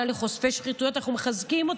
לחושפי שחיתויות אנחנו מחזקים אותם,